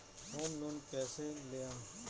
Home loan कैसे लेहम?